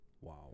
Wow